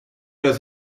does